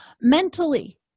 mentally